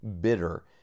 bitter